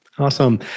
Awesome